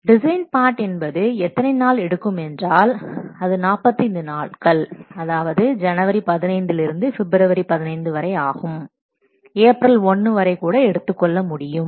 design part என்பது எத்தனை நாள் எடுக்கும் என்றால் அது 45 நாட்கள் அதாவது ஜனவரி 15 லிருந்து பிப்ரவரி 15 வரை ஆகும் ஏப்ரல் 1 வரை கூட எடுத்துக்கொள்ள முடியும்